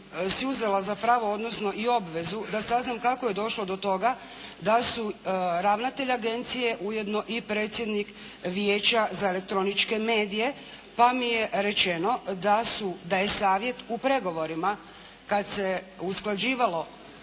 si uzela za pravo, odnosno i obvezu da saznam kako je došlo do toga da su ravnatelj agencije ujedno i predsjednik Vijeća za elektroničke medije, pa mi je rečeno da su, da je savjet u pregovorima kad se usklađivalo